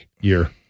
year